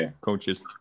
coaches